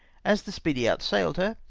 as the speedy outsailed her,